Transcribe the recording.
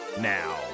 now